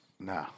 No